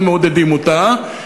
שאנחנו מעודדים אותה,